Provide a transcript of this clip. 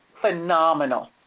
phenomenal